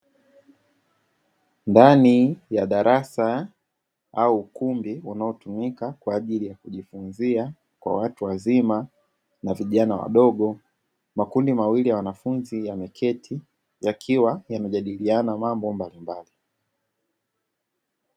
Ndani ya darasa au ukumbi unaotumika kwa ajili ya kujifunzia kwa watu wazima na vijana wadogo, makundi mawili ya wanafunzi yameketi yakiwa yamejadiliana mambo mbalimbali.